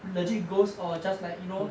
legit ghost or just like you know